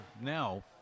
now